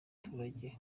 abaturage